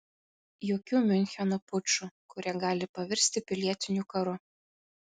jokių miuncheno pučų kurie gali pavirsti pilietiniu karu